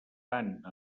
tant